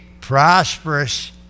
prosperous